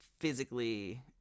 physically